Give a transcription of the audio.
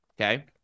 okay